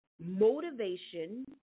motivation